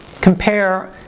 compare